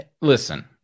listen